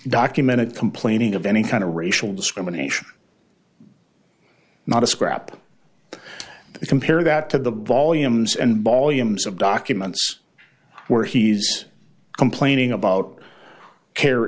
documented complaining of any kind of racial discrimination not a scrap compare that to the volumes and volumes of documents where he's complaining about care